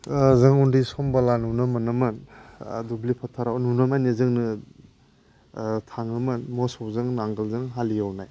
जों उन्दै समब्ला नुनो मोनोमोन दुब्लि फोथाराव नुनाय माने जोंनो थाङोमोन मोसौजों नांगोलजों हालेवनाय